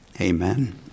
Amen